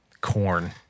corn